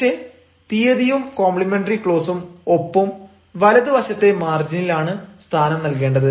പക്ഷേ തീയതിയും കോംപ്ലിമെന്ററി ക്ലോസും ഒപ്പും വലതുവശത്തെ മാർജിനിലാണ് സ്ഥാനം നൽകേണ്ടത്